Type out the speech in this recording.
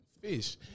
Fish